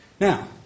Now